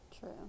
True